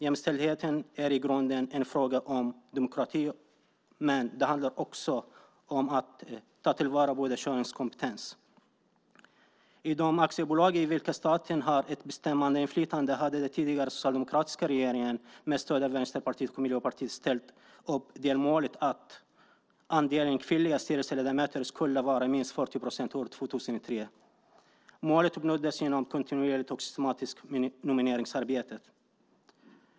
Jämställdheten är i grunden en fråga om demokrati, men det handlar också om att ta till vara båda könens kompetens. I de aktiebolag i vilka staten har ett bestämmandeinflytande hade den tidigare, socialdemokratiska regeringen med stöd av Vänsterpartiet och Miljöpartiet ställt upp delmålet att andelen kvinnliga styrelseledamöter skulle vara minst 40 procent år 2003. Målet uppnåddes genom ett kontinuerligt och systematiskt nomineringsarbete.